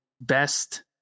best